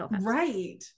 right